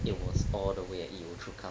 it was all the way at yio chu kang